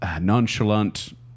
nonchalant